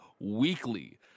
Weekly